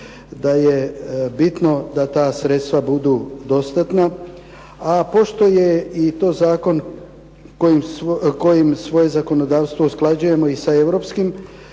da je bitno da ta sredstva budu dostatna, a pošto je i to zakon kojim svoje zakonodavstvo usklađujemo i sa europskim,